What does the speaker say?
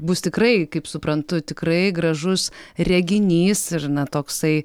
bus tikrai kaip suprantu tikrai gražus reginys ir na toksai